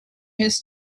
his